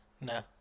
No